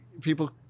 people